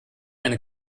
eine